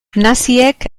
naziek